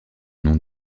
nom